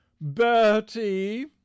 bertie